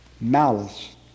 Malice